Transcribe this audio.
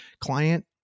client